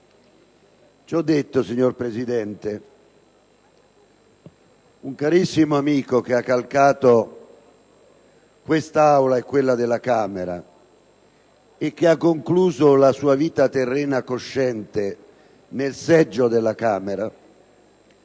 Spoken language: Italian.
aggiuntivo. Signor Presidente, un carissimo amico, che ha calcato quest'Aula e quella della Camera e ha concluso la sua vita terrena cosciente nel seggio della Camera,